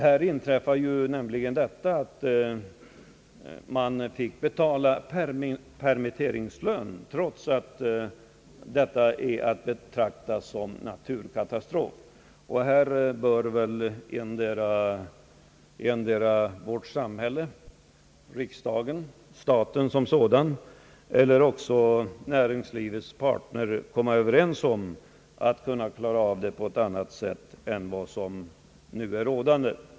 De drabbade företagen fick betala permitteringslön trots att det inträffade var att betrakta som en naturkatastrof. På denna punkt bör antingen de statliga myndigheterna eller arbetsmarknadens parter kunna komma fram till en bättre lösning än vad som nu gäller.